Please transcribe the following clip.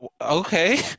Okay